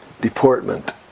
deportment